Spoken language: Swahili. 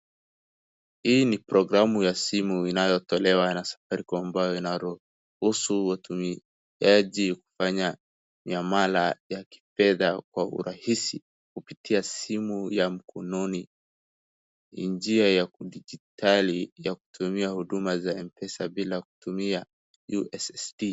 Hii ni programu ya simu inayotolewa na Safaricom ambayo inaruhusu watumiaji wa nyamala ya kifedha kwa urahisi, kutumia simu ya mkononi, ni njia ya kidijitali ya kutumia huduma za M-pesa bila kutumia USSD .